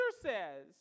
says